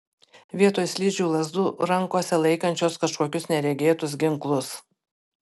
vietoj slidžių lazdų rankose laikančios kažkokius neregėtus ginklus